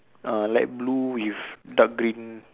err light blue with dark green